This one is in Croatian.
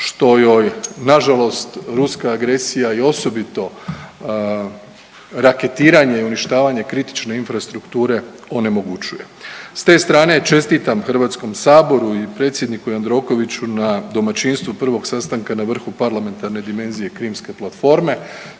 što joj nažalost ruska agresija i osobito raketiranje i uništavanje kritične infrastrukture onemogućuje. S te strane čestitam HS i predsjedniku Jandrokoviću na domaćinstvu Prvog sastanka na vrhu parlamentarne dimenzije Krimske platforme.